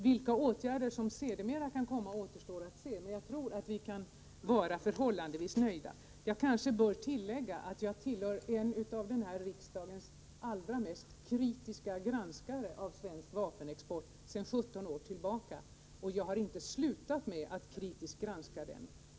Vilka åtgärder som sedermera kan komma återstår att se, men jag tror att vi kan vara förhållandevis nöjda. Jag kanske bör tillägga att jag är en av denna riksdags allra mest kritiska granskare av svensk vapenexport sedan 17 år tillbaka. Jag har inte slutat med att kritiskt granska den.